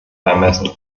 beimessen